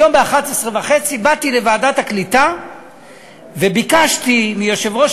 היום ב-11:30 באתי לוועדת הקליטה וביקשתי מיושב-ראש